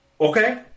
Okay